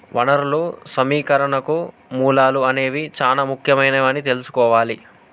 వనరులు సమీకరణకు మూలాలు అనేవి చానా ముఖ్యమైనవని తెల్సుకోవాలి